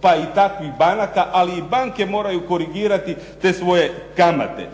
pa i takvih banaka ali i banke moraju korigirati te svoje kamate.